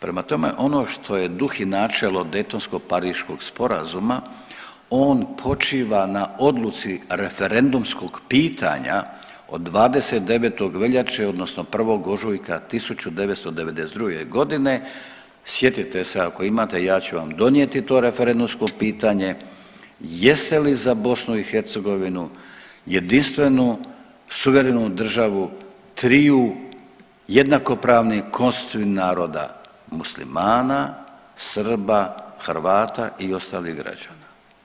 Prema ono što je duh i načelo Dejtonsko-pariškog sporazuma on počiva na odluci referendumskog pitanja od 29. veljače odnosno 1. ožujka 1992. godine, sjetite se ako imate ja ću vam donijeti to referendumsko pitanje, jeste li za BiH jedinstvenu suverenu državu triju jednakopravnih konstitutivnih naroda Muslimana, Srba, Hrvata i ostalih građana.